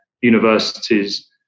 universities